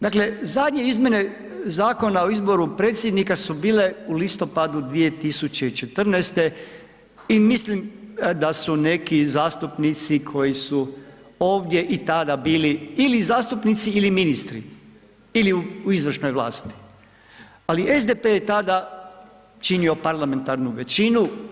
Dakle, zadnje izmjene Zakona o izboru predsjednika su bile u listopadu 2014. i mislim da su neki zastupnici koji su ovdje i tada bili ili zastupnici ili ministri ili u izvršnoj vlasti, ali SDP je tada činio parlamentarnu veći.